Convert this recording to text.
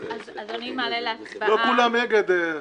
לא כולם אגד.